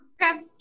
Okay